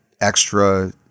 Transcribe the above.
extra